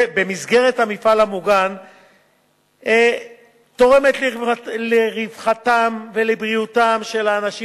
מסגרת המפעל המוגן תורמת לרווחתם ולבריאותם של האנשים